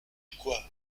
quoi